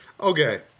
Okay